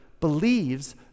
believes